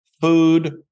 food